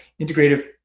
Integrative